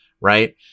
right